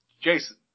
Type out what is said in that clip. Jason